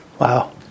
Wow